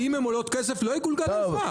אם הן עולות כסף, לא יגולגל על האזרח.